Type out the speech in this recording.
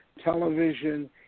television